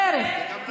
בדרך.